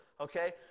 Okay